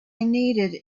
needed